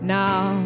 now